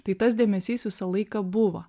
tai tas dėmesys visą laiką buvo